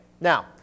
Now